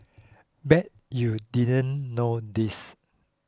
bet you didn't know this